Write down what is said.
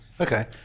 okay